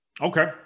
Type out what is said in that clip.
Okay